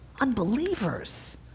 unbelievers